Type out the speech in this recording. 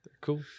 Cool